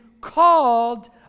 called